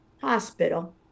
hospital